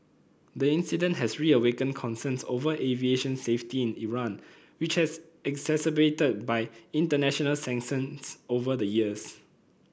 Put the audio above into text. the incident has reawakened concerns over aviation safety in Iran which has exacerbated by international sanctions over the years